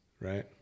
right